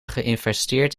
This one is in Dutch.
geïnvesteerd